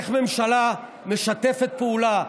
איך ממשלה משתפת פעולה,